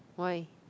why